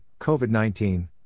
COVID-19